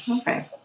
okay